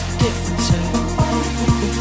difference